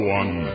one